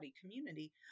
community